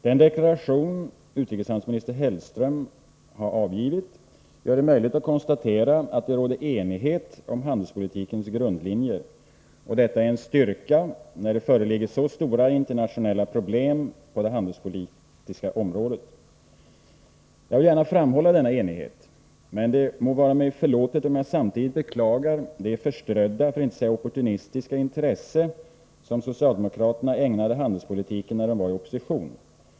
Den deklaration utrikeshandelsminister Hellström avgivit gör det möjligt att konstatera att det råder enighet om handelspolitikens grundlinjer. Detta är en styrka när det föreligger så stora internationella problem på handelspolitikens område. Jag vill gärna framhålla denna enighet. Det må vara mig förlåtet om jag samtidigt beklagar det förströdda för att inte säga opportunistiska intresse som socialdemokraterna ägnade handelspolitiken när de var i opposition.